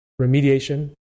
remediation